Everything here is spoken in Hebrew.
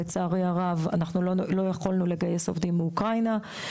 לצערי הרבה אנחנו לא יכולנו לגייס עובדים מאוקראינה.